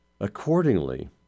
Accordingly